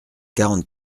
quarante